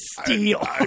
steal